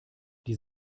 die